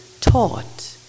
taught